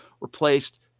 replaced